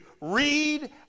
read